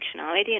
functionality